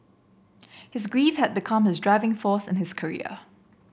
his grief had become his driving force in his career